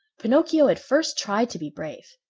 pinocchio at first tried to be brave,